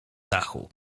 dachu